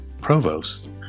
provost